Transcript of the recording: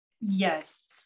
Yes